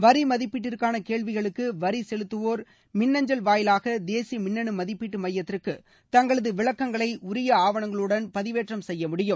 வரி மதிப்பீட்டிற்கான கேள்விகளுக்கு வரி செலுத்துவோர் மின்னஞ்சல் வாயிவாக தேசிய மின்னணு மதிப்பீட்டு மையத்திற்கு தங்களது விளக்கங்களை உரிய ஆவணங்களுடன் பதிவேற்றம் செய்ய முடியும்